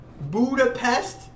Budapest